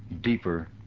deeper